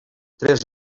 tres